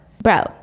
Bro